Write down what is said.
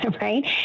right